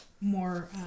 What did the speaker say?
More